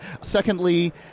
Secondly